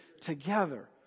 together